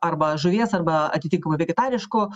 arba žuvies arba atitinkamai vegetariškų